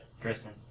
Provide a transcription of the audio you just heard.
Kristen